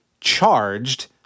charged